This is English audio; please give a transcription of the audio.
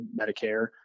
Medicare